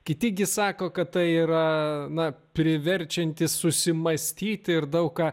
kiti gi sako kad tai yra na priverčianti susimąstyti ir daug ką